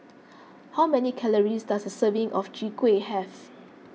how many calories does a serving of Chwee Kueh have